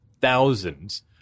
thousands